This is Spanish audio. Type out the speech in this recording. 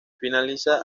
finaliza